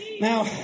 now